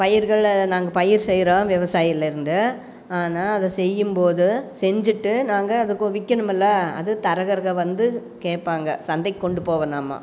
பயிர்களை நாங்கள் பயிர் செய்கிறோம் விவசாயிலேருந்து ஆனால் அதை செய்யும்போது செஞ்சுட்டு நாங்கள் அதுக்கு விக்கணுமில்ல அது தரகருங்க வந்து கேட்பாங்க சந்தைக்கு கொண்டு போவோம் நாம்